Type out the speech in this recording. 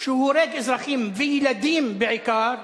שהוא הורג אזרחים וילדים בעיקר,